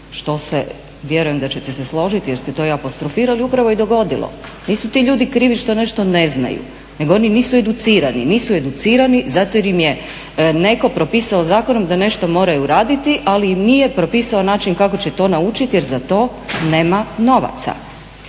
Što se, vjerujem da ćete se složiti, jer ste to i apostrofirali upravo i dogodilo, nisu ti ljudi krivi što nešto ne znaju, nego oni nisu educirani, nisu educirani zato jer ime je neko propisao zakonom da nešto moraju raditi ali im nije propisao način kako će to naučiti jer za to nema novaca.